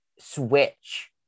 switch